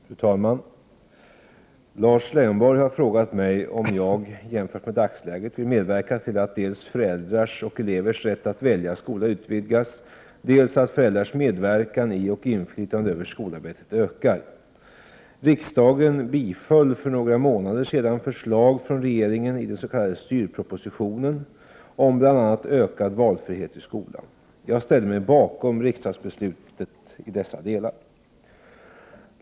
CM ES 5 Fru talman! Lars Leijonborg har frågat mig om jag, jämfört med dagsläget, I8Uerer om bl.a. ökad valfrihet i skolan. Jag ställer mig bakom riksdagsbeslutet i dessa delar.